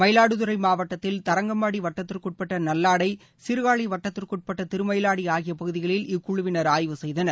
மயிலாடுதுரை மாவட்டத்தில் தரங்கம்பாடி வட்டத்திற்குட்பட்ட நல்லாடை சீர்காழி வட்டத்திற்குட்பட்ட திருமயிலாடி ஆகிய பகுதிகளில் இக்குழுவினர் ஆய்வு செய்தனர்